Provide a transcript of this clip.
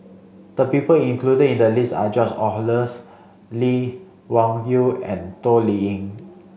the people included in the list are George Oehlers Lee Wung Yew and Toh Liying